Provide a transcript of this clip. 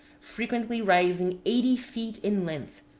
frequently rising eighty feet in length,